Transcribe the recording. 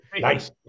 Nice